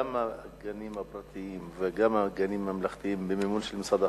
גם הגנים הפרטיים וגם הגנים הממלכתיים הם במימון משרד החינוך?